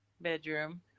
bedroom